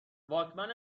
واکمن